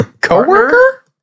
Co-worker